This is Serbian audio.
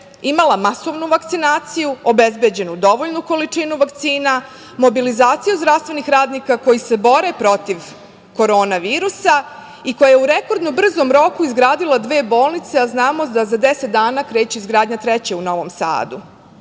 imala masovnu vakcinaciju, obezbeđenu dovoljnu količinu vakcina, mobilizaciju zdravstvenih radnika koji se bore protiv korona virusa i koja je u rekordno brzom roku izgradila dve bolnice, a znamo da za deset dana kreće izgradnja treće u Novom Sadu.